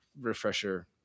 refresher